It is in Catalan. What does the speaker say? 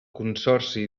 consorci